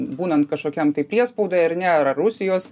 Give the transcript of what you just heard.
būnan kažkokiam tai priespaudoj ar ne ar rusijos